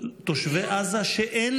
תושבי עזה זה חמאס.